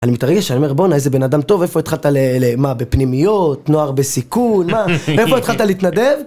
אני מתרגש, אני אומר בוא'נה איזה בן אדם טוב, איפה התחלת ל מה בפנימיות, נוער בסיכון, איפה התחלת להתנדב?